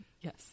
Yes